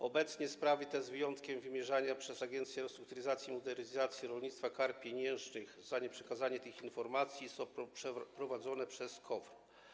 Obecnie sprawy te, z wyjątkiem wymierzania przez Agencję Restrukturyzacji i Modernizacji Rolnictwa kar pieniężnych za nieprzekazanie tych informacji, są prowadzone przez KOWR.